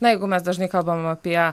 na jeigu mes dažnai kalbam apie